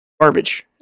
Garbage